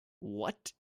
what